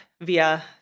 via